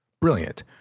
Brilliant